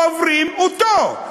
קוברים אותו.